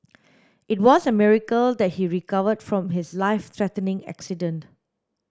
it was a miracle that he recovered from his life threatening accident